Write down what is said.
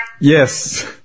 Yes